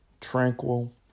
Tranquil